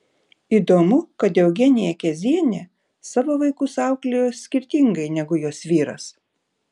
įdomu kad eugenija kezienė savo vaikus auklėjo skirtingai negu jos vyras